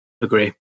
agree